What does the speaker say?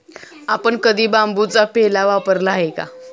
आपण कधी बांबूचा पेला वापरला आहे का?